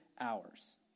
hours